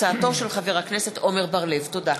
תודה.